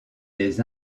des